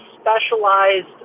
specialized